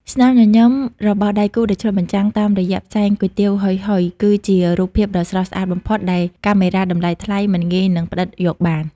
ស្នាមញញឹមរបស់ដៃគូដែលឆ្លុះបញ្ចាំងតាមរយៈផ្សែងគុយទាវហុយៗ គឺជារូបភាពដ៏ស្រស់ស្អាតបំផុតដែលកាមេរ៉ាតម្លៃថ្លៃមិនងាយនឹងផ្ដិតយកបាន។